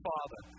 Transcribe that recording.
Father